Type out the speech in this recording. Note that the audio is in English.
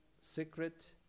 secret